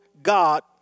God